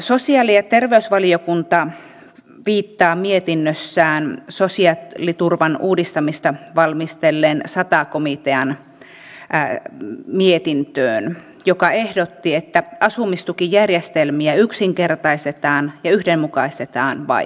sosiaali ja terveysvaliokunta viittaa mietinnössään sosiaaliturvan uudistamista valmistelleen sata komitean mietintöön joka ehdotti että asumistukijärjestelmiä yksinkertaistaan ja yhdenmukaistetaan vaiheittain